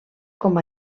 com